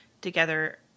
together